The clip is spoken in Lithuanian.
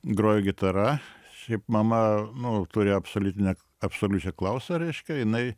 grojo gitara šiaip mama nu turi absoliutinę absoliučią klausą reiškia jinai